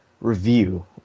review